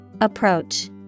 Approach